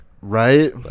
Right